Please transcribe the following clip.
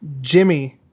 Jimmy